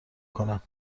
کنم